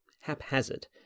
haphazard